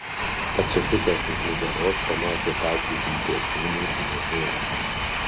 atsisukęs už nugaros pamatė patį liūto sūnų jozuę